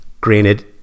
granted